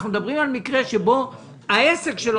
אנחנו מדברים על מקרה שבו העסק שלו